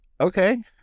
okay